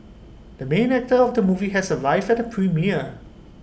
the main actor of the movie has arrived at the premiere